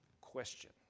question